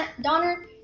Donner